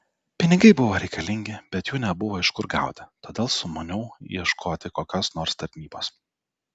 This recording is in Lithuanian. pinigai buvo reikalingi bet jų nebuvo iš kur gauti todėl sumaniau ieškoti kokios nors tarnybos